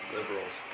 Liberals